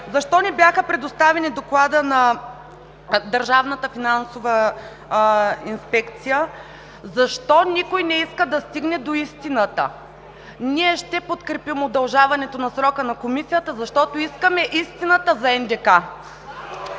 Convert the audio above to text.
Защо не беше предоставен Докладът на Държавната финансова инспекция? Защо никой не иска да стигне до истината? Ние ще подкрепим удължаването на срока на Комисията, защото искаме истината за НДК.